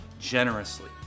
generously